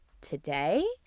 today